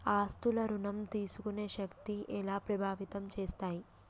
ఆస్తుల ఋణం తీసుకునే శక్తి ఎలా ప్రభావితం చేస్తాయి?